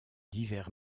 divers